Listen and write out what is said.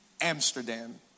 Amsterdam